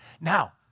Now